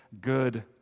good